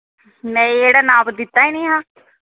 नेईं एह्ड़ा नाप दित्ता निं हा